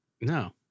No